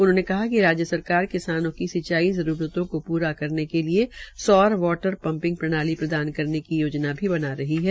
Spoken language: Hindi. उन्होंने कहा कि राज्य सरकार किसानों की सिंचाई जरूरतों मों पूरा करेन के लिये सौर वार पंपिंग प्रणाली प्रदान करने की योजना भी बना रही है